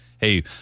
Hey